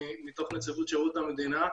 היא מנציבות שירות המדינה,